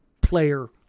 player